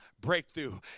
breakthrough